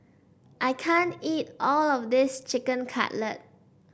I can't eat all of this Chicken Cutlet